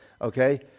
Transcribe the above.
Okay